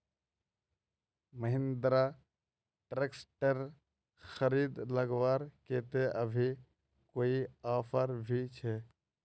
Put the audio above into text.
Mahindra tractor खरीद लगवार केते अभी कोई ऑफर भी छे?